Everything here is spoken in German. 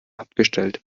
abgestellt